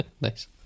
Nice